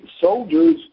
soldiers